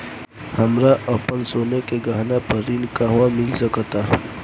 हमरा अपन सोने के गहना पर ऋण कहां मिल सकता?